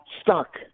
stuck